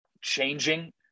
changing